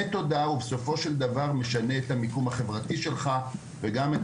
תודעה ובסופו של דבר משנה את המיקום החברתי שלך וגם את